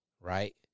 right